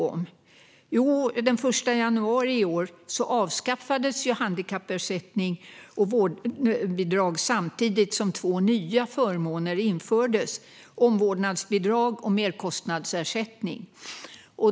Jo, den 1 januari i år avskaffades handikappersättning och vårdbidrag samtidigt som två nya förmåner infördes, omvårdnadsbidrag och merkostnadsersättning.